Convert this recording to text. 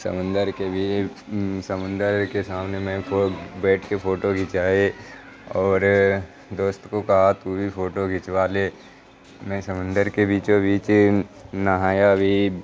سمندر کے بھی سمندر کے سامنے میں بیٹھ کے فوٹو کھنچائے اور دوست کو کہا بھی فوٹو کھنچوا لے میں سمندر کے بیچوں بیچ نہایا بھی